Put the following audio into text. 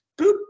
boop